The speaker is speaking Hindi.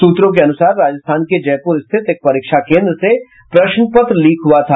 सूत्रों के अनुसार राजस्थान के जयपुर स्थित एक परीक्षा केंद्र से प्रश्न पत्र लीक हुआ था